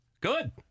Good